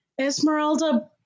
Esmeralda